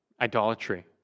idolatry